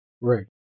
Right